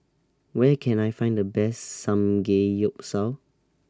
Where Can I Find The Best Samgeyopsal